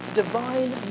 divine